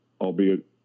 albeit